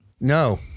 No